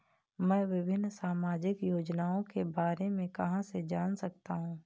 मैं विभिन्न सामाजिक योजनाओं के बारे में कहां से जान सकता हूं?